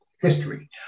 history